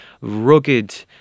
rugged